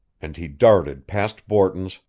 and he darted past borton's,